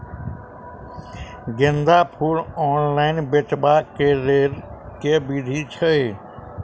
गेंदा फूल ऑनलाइन बेचबाक केँ लेल केँ विधि छैय?